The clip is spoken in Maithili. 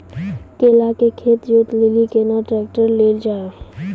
केला के खेत जोत लिली केना ट्रैक्टर ले लो जा?